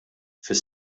fis